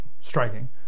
striking